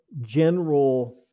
general